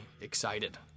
excited